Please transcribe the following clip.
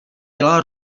dělal